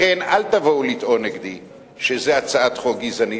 לכן, אל תבואו לטעון נגדי שזאת הצעת חוק גזענית.